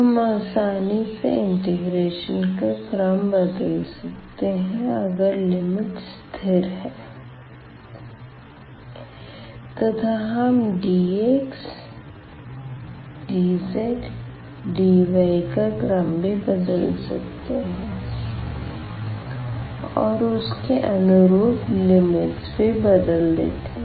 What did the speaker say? तो हम आसानी से इंटीग्रेशन का क्रम बदल सकते हैं अगर लिमिट्स स्थिर हैं तथा हम dx dz dx dy का क्रम भी बदल सकते हैं और उसके अनुरूप लिमिटस भी बदल देते है